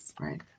Right